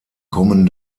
kommen